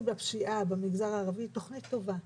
בפשיעה במגזר הערבי היא תוכנית טובה.